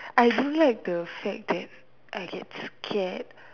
I don't like the fact that I get scared